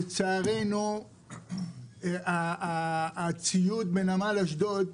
לצערנו, הציוד בנמל אשדוד,